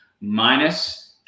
minus